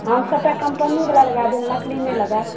हम सभटा कम्पनीवला लगा देब नकली नहि लगायब